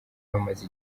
bamaze